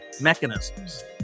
mechanisms